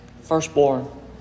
Firstborn